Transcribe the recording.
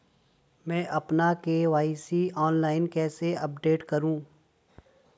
मैं अपना KYC online कैसे अपडेट करूँ?